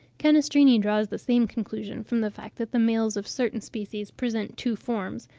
canestrini draws the same conclusion from the fact that the males of certain species present two forms,